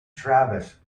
travis